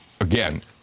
Again